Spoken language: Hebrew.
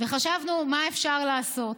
וחשבנו מה אפשר לעשות.